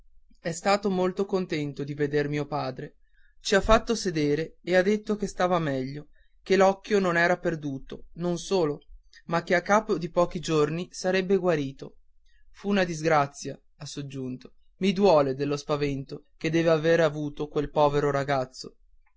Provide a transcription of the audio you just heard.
è stato molto contento di veder mio padre ci ha fatto sedere e ha detto che stava meglio che l'occhio non era perduto non solo ma che a capo di pochi giorni sarebbe guarito fu una disgrazia ha soggiunto mi duole dello spavento che deve aver avuto quel povero ragazzo